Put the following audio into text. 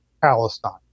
Palestine